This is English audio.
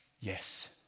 yes